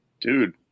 Dude